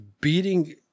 beating